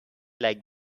like